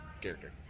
character